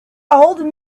old